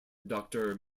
doctor